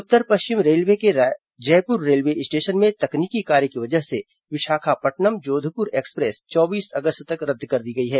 उत्तर पश्चिम रेलवे के Jaipur railway station में तकनीकी कार्य की वजह से विशाखापट्नम जोधपुर एक्सप्रेस चौबीस अगस्त तक रद्द कर दी गई है